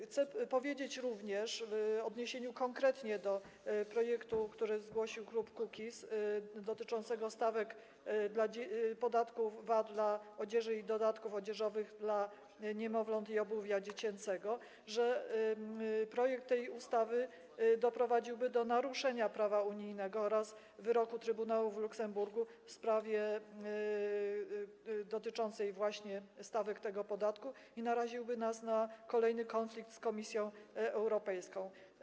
Chcę powiedzieć, również konkretnie w odniesieniu do projektu, który zgłosił klub Kukiz’15, dotyczącego stawek podatku VAT dla odzieży, dodatków odzieżowych dla niemowląt i obuwia dziecięcego, że przyjęcie tej ustawy doprowadziłoby do naruszenia prawa unijnego oraz wyroku Trybunału w Luksemburgu w sprawie dotyczącej stawek tego podatku i naraziłoby nas na kolejny konflikt z Komisją Europejską.